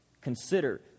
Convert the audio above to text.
Consider